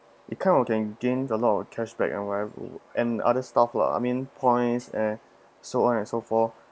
it kind of can gains a lot of cashback and whatever and other stuff lah I mean points and so on and so forth